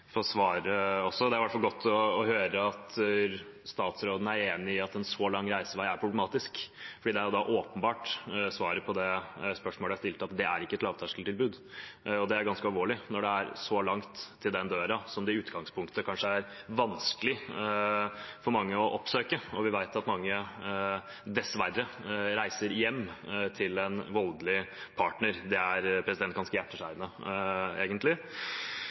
Det er i hvert fall godt å høre at statsråden er enig i at en så lang reisevei er problematisk, for det er jo da åpenbart at svaret på det spørsmålet som jeg stilte, er at det ikke er et lavterskeltilbud. Og det er ganske alvorlig, når det er så langt til den døra som det i utgangspunktet kanskje er vanskelig for mange å oppsøke, og når vi vet at mange dessverre reiser hjem til en voldelig partner. Det er ganske hjerteskjærende, egentlig.